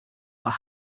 what